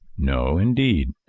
no indeed.